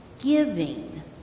giving